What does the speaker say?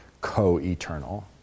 co-eternal